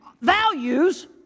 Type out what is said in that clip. values